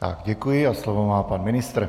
Tak děkuji a slovo má pan ministr.